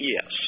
Yes